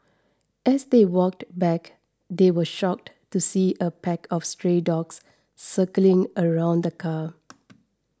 as they walked back they were shocked to see a pack of stray dogs circling around the car